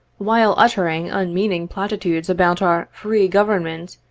while uttering unmeaning platitudes about our free government,